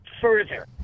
further